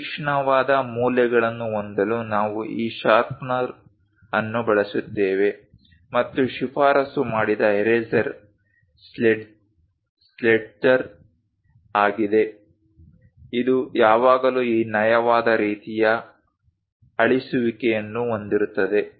ತೀಕ್ಷ್ಣವಾದ ಮೂಲೆಗಳನ್ನು ಹೊಂದಲು ನಾವು ಈ ಶಾರ್ಪನರ್ ಅನ್ನು ಬಳಸುತ್ತೇವೆ ಮತ್ತು ಶಿಫಾರಸು ಮಾಡಿದ ಎರೇಸರ್ ಸ್ಟೇಡ್ಲರ್ ಆಗಿದೆ ಇದು ಯಾವಾಗಲೂ ಈ ನಯವಾದ ರೀತಿಯ ಅಳಿಸುವಿಕೆಯನ್ನು ಹೊಂದಿರುತ್ತದೆ